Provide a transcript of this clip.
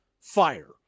fire